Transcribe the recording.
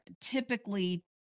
typically